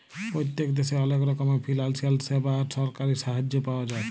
পত্তেক দ্যাশে অলেক রকমের ফিলালসিয়াল স্যাবা আর সরকারি সাহায্য পাওয়া যায়